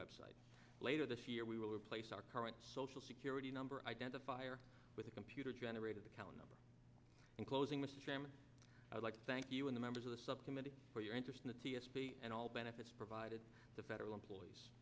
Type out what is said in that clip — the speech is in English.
website later this year we will replace our current social security number identifier with a computer generated account number in closing i'd like to thank you in the members of the subcommittee for your interest in the t s p and all benefits provided the federal employees